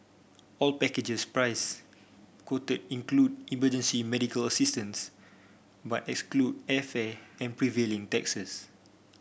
all packages price quoted include emergency medical assistance but exclude airfare and prevailing taxes